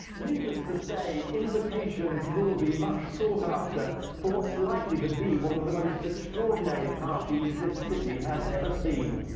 needless to say invitations will be much sought after but what's likely to be one of the most extraordinary parties this city has ever seen